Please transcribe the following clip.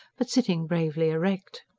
but sitting bravely erect.